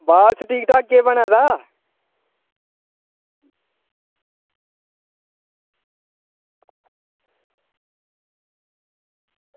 बस ठीक ठाक केह् बना दा